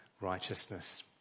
righteousness